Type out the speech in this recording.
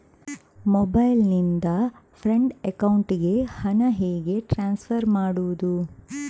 Mobile ನಿಂದ friend ಅಕೌಂಟಿಗೆ ಹಣ ಹೇಗೆ ಟ್ರಾನ್ಸ್ಫರ್ ಮಾಡುವುದು?